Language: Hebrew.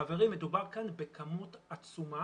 חברים, מדובר כאן בכמות עצומה